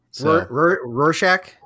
Rorschach